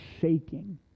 shaking